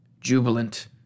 jubilant